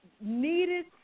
needed